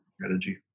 strategy